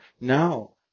No